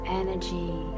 energy